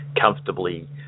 comfortably